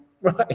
right